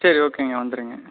சரி ஓகேங்க வந்துடுங்க